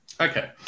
Okay